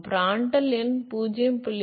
Prandtl எண் 0